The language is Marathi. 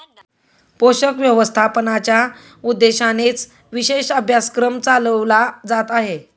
पोषक व्यवस्थापनाच्या उद्देशानेच विशेष अभ्यासक्रम चालवला जात आहे